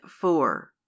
four